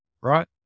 Right